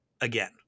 again